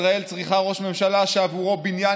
ישראל צריכה ראש ממשלה שעבורו בניין